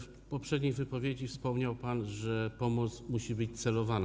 W poprzedniej wypowiedzi wspomniał pan, że pomoc musi być celowana.